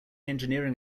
engineering